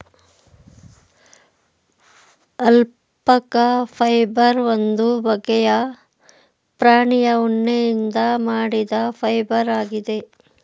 alpaca fibre ಒಂದು ಬಗ್ಗೆಯ ಪ್ರಾಣಿಯ ಉಣ್ಣೆಯಿಂದ ಮಾಡಿದ ಫೈಬರ್ ಆಗಿದೆ